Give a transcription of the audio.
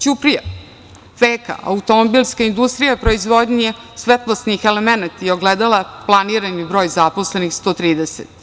Ćuprija, „Feka“ - automobilska industrija proizvodnje svetlosnih elemenata i ogledala, planirani broj zaposlenih 130.